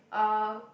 uh